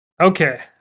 okay